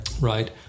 Right